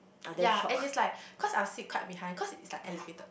yea and it's like cause I'm sit behind cause it's like afflicted